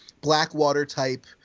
Blackwater-type